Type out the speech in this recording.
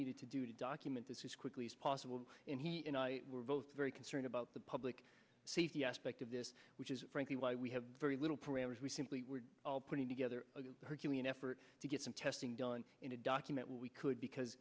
needed to do to document this is quickly as possible and he and i were both very concerned about the public safety aspect of this which is frankly why we have very little parameters we simply were all putting together a herculean effort to get some testing done in a document we could because